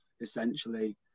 essentially